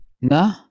Nah